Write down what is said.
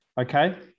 okay